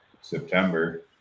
September